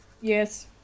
Yes